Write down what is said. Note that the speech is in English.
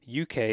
uk